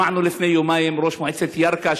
שמענו לפני יומיים את ראש מועצת ירכא,